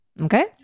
okay